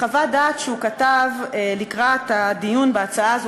בחוות דעת שהוא כתב לקראת הדיון בהצעה הזו